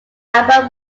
album